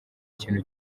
ikintu